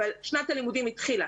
אבל שנת הלימודים התחילה.